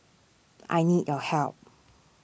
I need your help